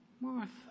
Martha